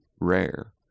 rare